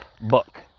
book